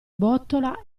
botola